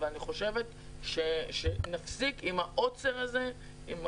אבל אני חושבת שנפסיק עם העוצר הזה,